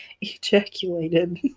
Ejaculated